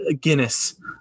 Guinness